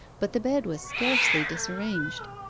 but the bed was scarcely disarranged.